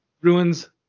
ruins